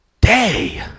day